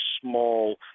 small